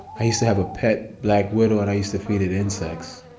i used to have a pet black widow and i used to feel it insects.